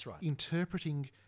interpreting